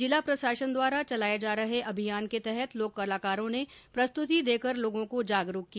जिला प्रशासन द्वारा चलाये जा रहे अभियान के तहत लोक कलाकरों ने प्रस्तृति देकर लोगों को जागरूक किया